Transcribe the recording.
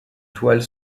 toiles